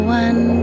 one